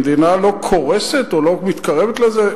המדינה לא קורסת או לא מתקרבת לזה,